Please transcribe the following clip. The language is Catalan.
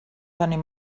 tenim